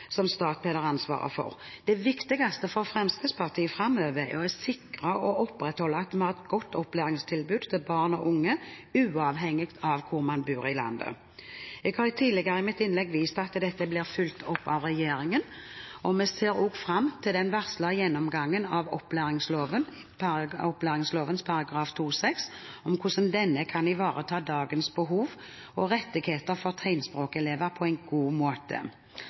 som Statped har ansvaret for. Det viktigste for Fremskrittspartiet framover er å sikre og opprettholde et godt opplæringstilbud til barn og unge, uavhengig av hvor man bor i landet. Jeg har tidligere i mitt innlegg vist til at dette blir fulgt opp av regjeringen. Vi ser også fram til den varslede gjennomgangen av opplæringsloven § 2-6, og hvordan denne kan ivareta dagens behov og rettigheter for tegnspråkelever på en god måte.